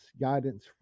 guidance